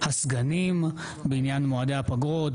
הסגנים בעניין מועדי הפגרות,